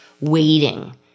waiting